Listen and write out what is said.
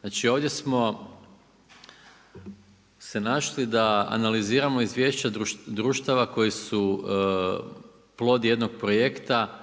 Znači ovdje smo se našli da analiziramo izvješća društava koje su plod jednog projekta,